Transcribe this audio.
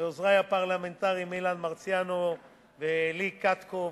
לעוזרי הפרלמנטריים אילן מרסיאנו ולי קטקוב,